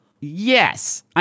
Yes